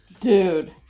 dude